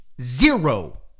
Zero